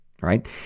right